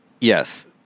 Yes